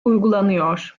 uygulanıyor